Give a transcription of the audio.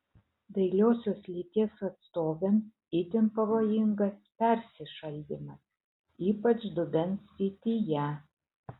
dailiosios lyties atstovėms itin pavojingas persišaldymas ypač dubens srityje